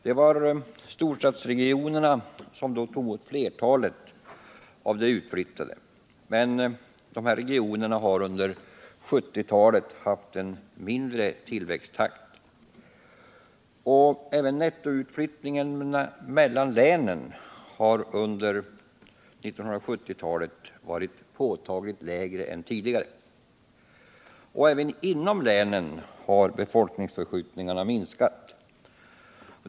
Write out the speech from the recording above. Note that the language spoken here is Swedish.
Det var storstadsregionerna som då tog emot flertalet av de utflyttade, men dessa regioner har under 1970-talet haft en mindre tillväxttakt. Även nettoflyttningarna mellan länen har under 1970-talet varit påtagligt lägre än tidigare. Också inom länen har befolkningsförskjutningarna minskat.